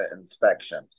inspection